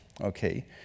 okay